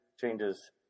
changes